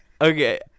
okay